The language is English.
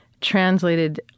translated